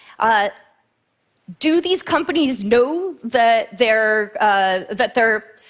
ah but do these companies know that their ah that their